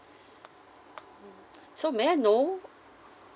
so may I know